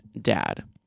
dad